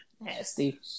Nasty